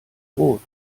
rot